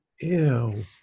Ew